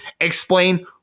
Explain